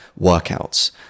workouts